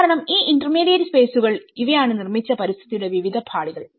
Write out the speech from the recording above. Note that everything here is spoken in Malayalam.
കാരണം ഈ ഇന്റർമീഡിയറ്റ് സ്പെയ്സുകൾ ഇവയാണ് നിർമ്മിച്ച പരിസ്ഥിതിയുടെ വിവിധ പാളികൾ